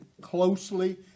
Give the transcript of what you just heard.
closely